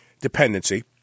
dependency